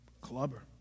Clubber